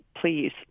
please